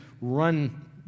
run